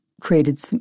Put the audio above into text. created